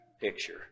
picture